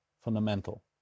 fundamental